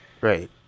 Right